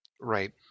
Right